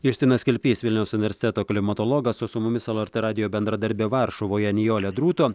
justinas kilpys vilniaus universiteto klimatologas o su mumis lrt radijo bendradarbė varšuvoje nijolė drūto